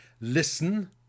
Listen